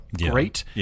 Great